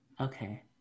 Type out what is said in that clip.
Okay